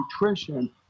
nutrition